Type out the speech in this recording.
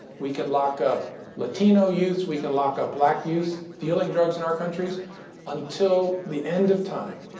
we can lock up latino youths. we can lock up black youths dealing drugs in our countries until the end of time.